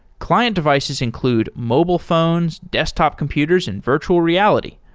client devices include mobile phones, desktop computers and virtual reality.